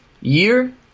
year